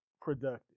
productive